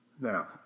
Now